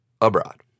abroad